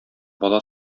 бала